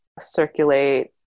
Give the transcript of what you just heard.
circulate